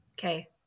Okay